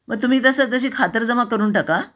मग तुम्ही तस तशी खातरजमा करून टाका